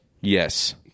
yes